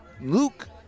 Luke